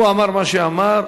הוא אמר מה שאמר,